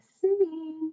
See